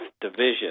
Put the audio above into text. Division